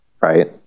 Right